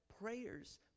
prayers